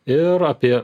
ir apie